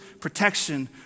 protection